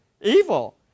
Evil